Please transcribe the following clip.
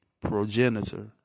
progenitor